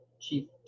chief